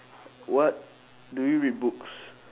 what do you read books